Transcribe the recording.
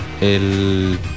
el